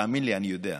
תאמין לי, אני יודע.